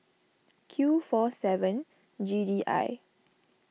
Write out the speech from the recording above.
Q four seven G D I